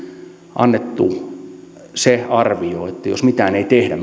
annettu se arvio mihin joudutaan jos mitään ei tehdä